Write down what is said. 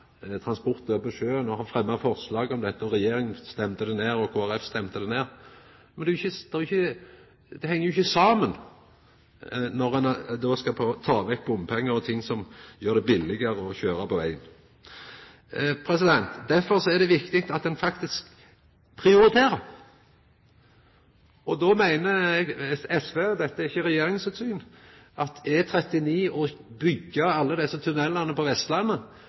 transport over på sjøen, og har fremma forslag om dette, og det stemde regjeringa ned, og Kristeleg Folkeparti stemde det ned. Det heng jo ikkje saman, når ein då skal prøva å ta vekk bompengar og ting som gjer det billigare å køyra på vegen. Derfor er det viktig at ein faktisk prioriterer. Då meiner SV – dette er ikkje regjeringa sitt syn – at å byggja ut E39 og å byggja alle desse tunnelane på Vestlandet